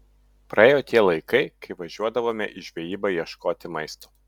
praėjo tie laikai kai važiuodavome į žvejybą ieškoti maisto